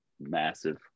massive